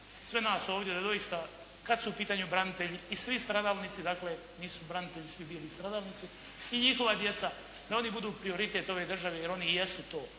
sve nas ovdje da doista kada su u pitanju branitelji i svi stradalnici, dakle, nisu branitelji svi bili i stradalnici i njihova djeca da oni budu prioritet ove Države jer oni i jesu to.